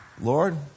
Lord